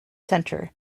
center